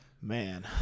Man